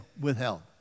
withheld